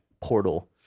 portal